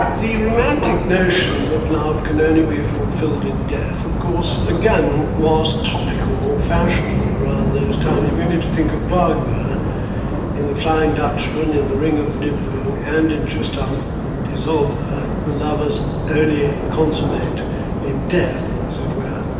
the romantic notion that love can only be fulfilled in death, of course, again, was topical or fashionable around those times. you only need to think of wagner in the flying dutchmen and the ring of the nibelung and in tristan and isolde the lovers only consummate in death, as it were.